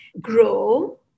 grow